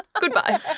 Goodbye